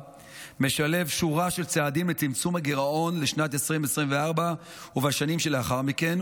משלב שורה של צעדים לצמצום הגירעון לשנת 2024 ובשנים שלאחר מכן,